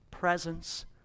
Presence